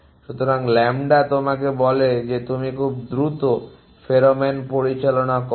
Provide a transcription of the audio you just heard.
সুতরাং ল্যাম্বডা তোমাকে বলে যে তুমি কত দ্রুত ফেরোমন পরিচালনা করো